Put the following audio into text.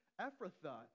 Ephrathah